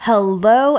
Hello